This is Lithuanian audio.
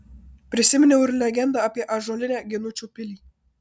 prisiminiau ir legendą apie ąžuolinę ginučių pilį